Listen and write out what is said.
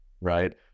right